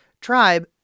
tribe